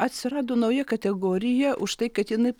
atsirado nauja kategorija už tai kad jinai